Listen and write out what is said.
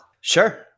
Sure